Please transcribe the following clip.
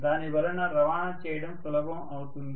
దానివలన రవాణా చేయడం సులభం అవుతుంది